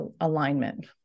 alignment